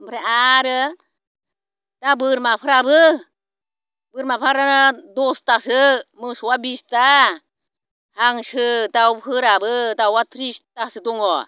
ओमफ्राय आरो दा बोरमाफोराबो दसतासो मोसौआ बिसता हांसो दाउफोराबो दाउआ त्रिसतासो दङ